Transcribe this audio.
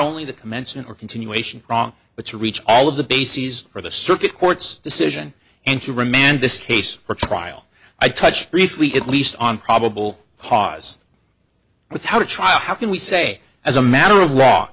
only the commencement or continuation wrong but to reach all of the bases for the circuit court's decision and to remand this case for trial i touch briefly at least on probable cause without a trial how can we say as a matter of law